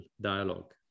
dialogue